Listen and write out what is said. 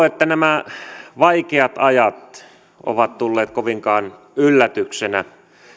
että nämä vaikeat ajat ovat tulleet kovinkaan yllätyksenä